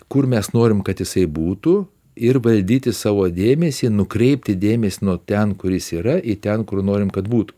kur mes norim kad jisai būtų ir valdyti savo dėmesį nukreipti dėmesį nuo ten kuris yra į ten kur norim kad būtų